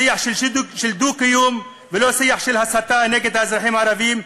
שיח של דו-קיום ולא שיח של הסתה נגד האזרחים הערבים,